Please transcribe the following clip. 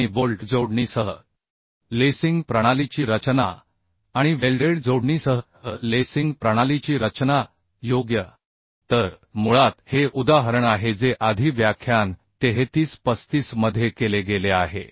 आणि बोल्ट जोडणीसहलेसिंग प्रणालीची रचना आणि वेल्डेड जोडणीसह लेसिंग प्रणालीची रचना योग्य तर मुळात हे उदाहरण आहे जे आधी व्याख्यान 33 35 मध्ये केले गेले आहे